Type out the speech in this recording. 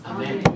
Amen